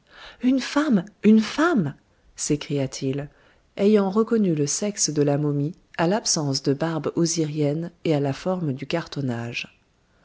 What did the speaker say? une femme une femme s'écria-t-il ayant reconnu le sexe de la momie à l'absence de barbe osirienne et à la forme du cartonnage